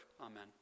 Amen